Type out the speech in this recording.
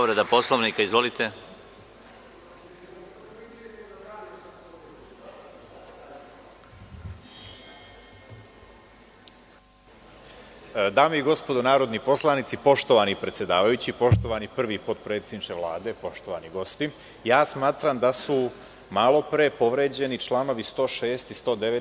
Dame i gospodo narodni poslanici, poštovani predsedavajući, poštovani prvi potpredsedniče Vlade, poštovani gosti, smatram da su malopre povređeni članovi 106. i 109.